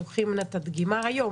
שלוקחים לה את הדגימה היום,